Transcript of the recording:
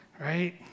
right